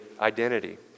identity